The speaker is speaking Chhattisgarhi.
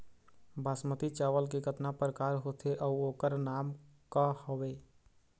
बासमती चावल के कतना प्रकार होथे अउ ओकर नाम क हवे?